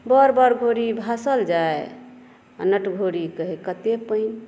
बड़ बड़ भौरी भसल जाए आ नटभौरी कहै कते पानि